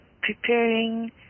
preparing